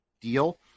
deal